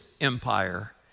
empire